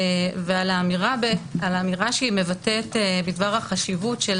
ועל האמירה שהיא מבטאת בדבר החשיבות של